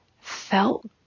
felt